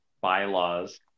bylaws